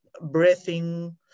breathing